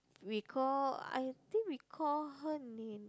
we call I think we call her name